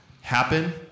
happen